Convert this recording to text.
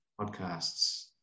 podcasts